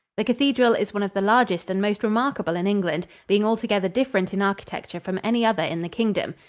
the cathedral is one of the largest and most remarkable in england, being altogether different in architecture from any other in the kingdom.